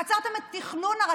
עצרתם את תכנון כביש 6 צפונה,